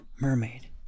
Mermaid